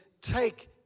take